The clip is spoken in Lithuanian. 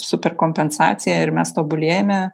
super kompensacija ir mes tobulėjame